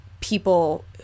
people